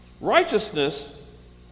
righteousness